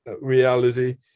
reality